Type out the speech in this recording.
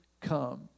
come